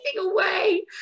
away